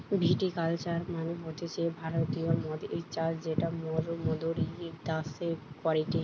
ভিটি culture মানে হতিছে ভারতীয় মদের চাষ যেটা মোরদের দ্যাশে করেটে